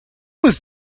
was